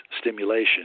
stimulation